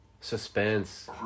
Suspense